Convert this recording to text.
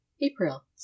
April